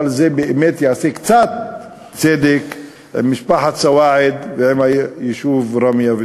אבל זה באמת יעשה קצת צדק עם משפחת סואעד ועם היישוב ראמיה.